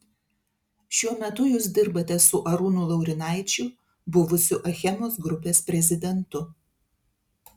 šiuo metu jūs dirbate su arūnu laurinaičiu buvusiu achemos grupės prezidentu